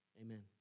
Amen